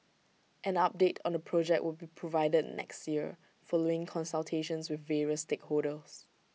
an update on the project will be provided next year following consultations with various stakeholders